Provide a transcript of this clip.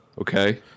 Okay